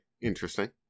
Interesting